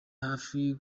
hafi